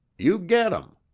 you get em.